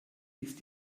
ist